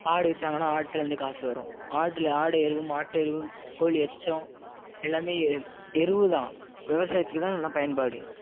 ஆடு விற்றாங்கன்னா ஆட்டுலேந்து காசு வரும் ஆடில் ஆடு எருவு மாட்டு எருவு கோழி எச்சம் எல்லாமே எருவு தான் விவசாயத்துக்கு தான் எல்லாம் பயன்பாடு